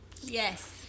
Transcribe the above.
Yes